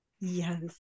yes